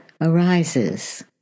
arises